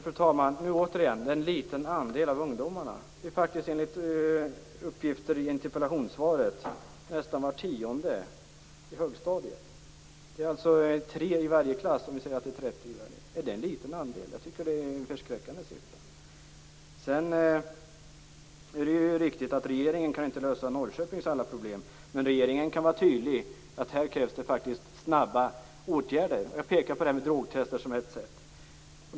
Fru talman! Återigen säger ministern att det är en liten andel av ungdomarna. Enligt uppgifter i interpellationssvaret är det faktiskt nästan var tionde elev på högstadiet. Det är alltså tre per klass om vi säger att det är 30 elever i varje klass. Är det en liten andel? Jag tycker att det är en förskräckande siffra. Sedan är det ju riktigt att regeringen inte kan lösa Norrköpings alla problem. Men regeringen kan vara tydlig när det gäller att det krävs snabba åtgärder. Jag pekade på det här med drogtester som ett sätt.